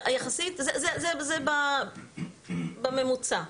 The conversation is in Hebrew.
זה בממוצע,